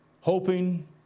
hoping